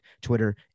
twitter